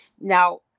Now